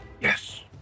Yes